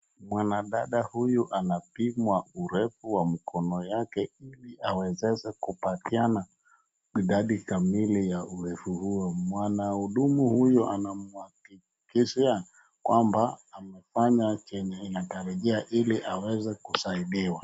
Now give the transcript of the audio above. Mwanadada huyu anapimwa urefu wa mkono yake ili aweze kupatiana idadi kamili ya urefu huo. Mwanahudumu huyo anamhakikishia kwamba amefanya chenye anatarajia hili aweze kusaidiwa.